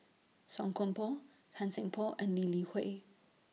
Song Koon Poh Tan Seng Poh and Lee Li Hui